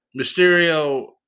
Mysterio